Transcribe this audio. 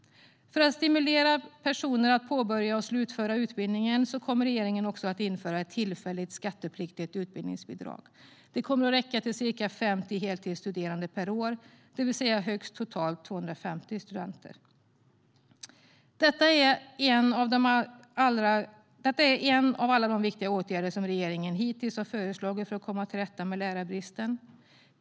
För att stimulera personer att påbörja och slutföra utbildningen kommer regeringen också att införa ett tillfälligt skattepliktigt utbildningsbidrag. Det kommer att räcka till ca 50 heltidsstuderande per år, det vill säga totalt högst 250 studenter. Detta är en av alla de viktiga åtgärder som regeringen hittills har föreslagit för att komma till rätta med lärarbristen.